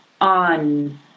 on